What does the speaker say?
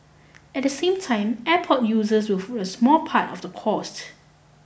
at the same time airport users will foot a small part of the cost